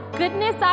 goodness